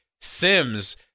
Sims